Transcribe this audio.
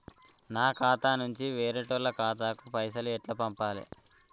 నా ఖాతా నుంచి వేరేటోళ్ల ఖాతాకు పైసలు ఎట్ల పంపాలే?